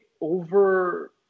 over